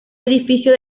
edificio